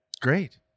Great